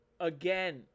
again